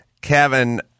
Kevin